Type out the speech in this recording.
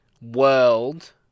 world